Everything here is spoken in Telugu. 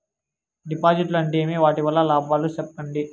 డిపాజిట్లు అంటే ఏమి? వాటి వల్ల లాభాలు సెప్పండి?